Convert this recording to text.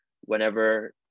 Whenever